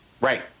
Right